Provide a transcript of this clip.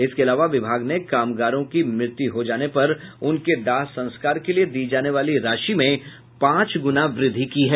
इसके अलावा विभाग ने कामगारों की मृत्यु हो जाने पर उन्हें दाह संस्कार के लिए दी जाने वाली राशि में पांच गुना वृद्धि की है